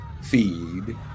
feed